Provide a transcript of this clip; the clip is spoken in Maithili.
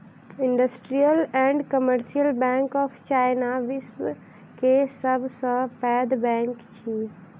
industrial and commercial bank of China, विश्व के सब सॅ पैघ बैंक अछि